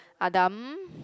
Adam